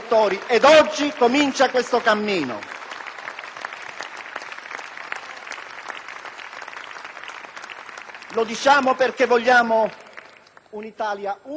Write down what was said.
Lo diciamo perché vogliamo un'Italia una e federale, un'Italia che vive delle sue diversità,